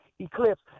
eclipse